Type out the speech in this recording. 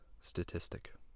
statistic